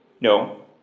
No